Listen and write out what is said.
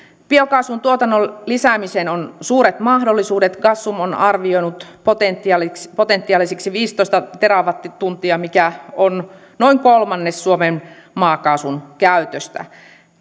biokaasun tuotannon lisäämiseen on suuret mahdollisuudet gasum on arvioinut potentiaaliksi potentiaaliksi viisitoista terawattituntia mikä on noin kolmannes suomen maakaasun käytöstä